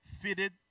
fitted